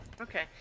Okay